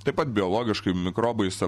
taip pat biologiškai mikrobais